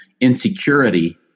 insecurity